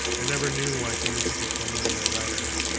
i never knew why so many people told me to be a writer.